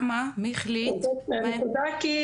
אני לא יודעת אם